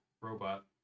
robot